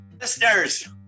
Listeners